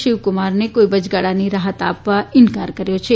શિવકુમારને કોઇ વચગાળાની રાહત આપવા ઇન્કાર કર્યો છે